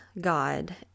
God